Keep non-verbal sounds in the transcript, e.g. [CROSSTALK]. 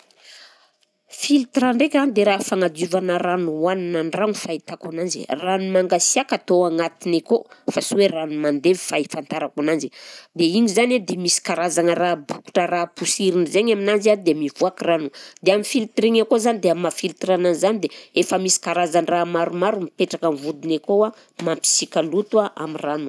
[NOISE] Filtre ndraika dia raha fagnadiovana rano hohanina an-dragno fahitako ananjy, rano mangasiaka atao agnatiny akao fa sy hoe rano mandevy fahafantarako ananjy, dia igny zany a dia misy karazagna raha, bokotra raha posirina zaigny aminanjy a dia mivoaka rano, dia amin'ny filtre iny akao zany dia amin'ny maha filtre anazy zany dia efa misy karazan-draha maromaro mipetraka amin'ny vodiny akao mampisika loto a amin'ny rano.